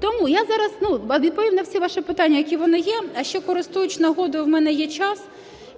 Тому я зараз відповім на всі ваші питання, які є. А ще користуюсь нагодою, в мене є час,